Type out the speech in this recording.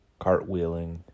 cartwheeling